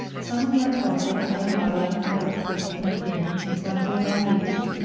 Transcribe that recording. summon thy father and thy mother and our kith and kin and sundry of our neighbours,